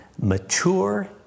mature